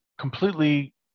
completely